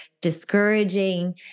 discouraging